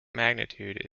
magnitude